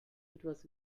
etwas